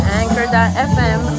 anchor.fm